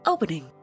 Opening